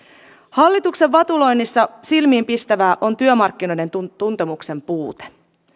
hallituksen vatuloinnissa silmiinpistävää on työmarkkinoiden tuntemuksen puute